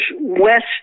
west